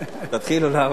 תתחילו לעבוד.